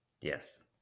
Yes